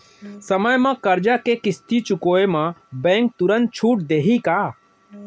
समय म करजा के किस्ती चुकोय म बैंक तुरंत छूट देहि का?